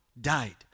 died